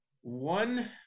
one